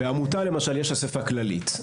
בעמותה למשל יש אסיפה כללית,